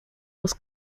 was